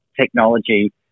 technology